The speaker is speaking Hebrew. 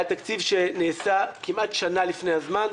היה תקציב שנעשה כמעט שנה לפני הזמן.